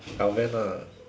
ya van ah